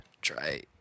Try